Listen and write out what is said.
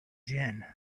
gin